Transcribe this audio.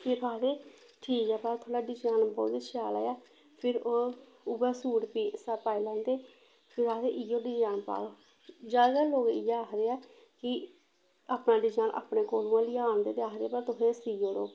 फिर आखदे ठीक ऐ पर थुआढ़ा डिजाइन बहुत शैल ऐ फिर ओह् उ'ऐ सूट पी पाई लैंदे फिर आखदे इ'यो डिजाइन पाओ ज्यादातर लोक इ'यै आखदे ऐ कि अपना डिजाइन अपने कोलूं गै लेई आह्न दे ते आखदे भला तुसें सी ओड़ो